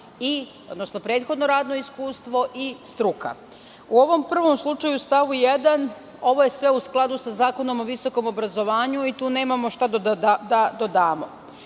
odnosno prethodno radno iskustvo i struka.U ovom prvom slučaju u stavu 1. ovo je sve u skladu sa Zakonom o visokom obrazovanju i tu nemamo šta da dodamo,